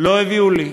לא הביאו לי.